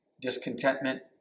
discontentment